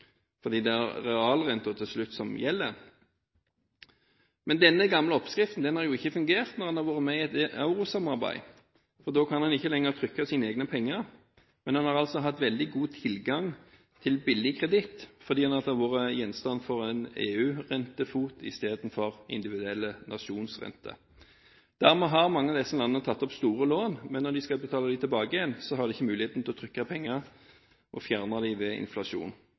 Fordi renten har vært så høy, har folk vært villige til å låne penger til disse landene, for det er realrenten til slutt som gjelder. Denne gamle oppskriften fungerer ikke når en er med i et eurosamarbeid, for da kan en ikke lenger trykke sine egne penger. Men en har hatt veldig god tilgang til billig kreditt på grunn av at en har hatt en EU-rentefot istedenfor individuelle nasjonsrenter. Dermed har mange av disse landene tatt opp store lån, men når de skal betale tilbake, har de ikke mulighet til å trykke penger og fjerne dem ved inflasjon.